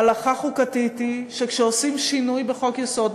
הלכה חוקתית היא שכשעושים שינוי בחוק-יסוד,